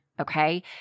okay